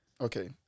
okay